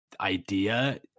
idea